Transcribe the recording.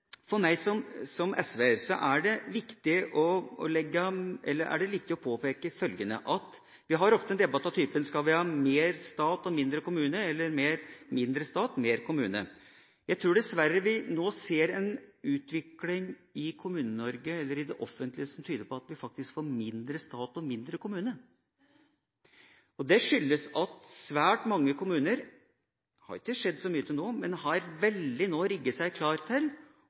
for meg som SV-er er det viktig å påpeke følgende: Vi har ofte en debatt av typen: Skal vi ha mer stat og mindre kommune eller mindre stat og mer kommune? Jeg tror dessverre vi nå ser en utvikling i det offentlige som tyder på at vi faktisk får mindre stat og mindre kommune. Det skyldes at svært mange kommuner har rigget seg veldig klar – det har ikke skjedd så mye til nå – til